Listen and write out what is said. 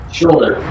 Shoulder